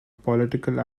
political